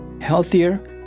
healthier